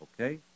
Okay